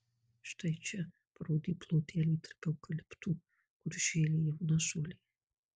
štai čia parodė plotelį tarp eukaliptų kur žėlė jauna žolė